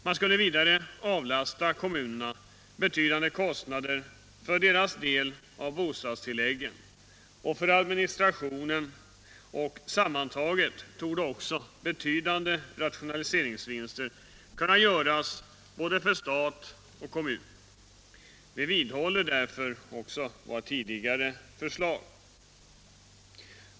Man skulle vidare avlasta kom munerna betydande kostnader för deras del av bostadstilläggen och för administrationen. Sammantaget torde också betydande rationaliseringsvinster kunna göras för både stat och kommun. Vi vidhåller därför våra tidigare förslag.